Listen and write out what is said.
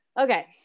Okay